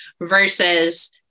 versus